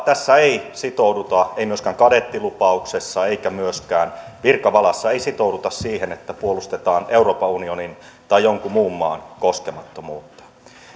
tässä ei sitouduta ei myöskään kadettilupauksessa eikä myöskään virkavalassa siihen että puolustetaan euroopan unionin tai jonkun muun maan koskemattomuutta